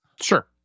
Sure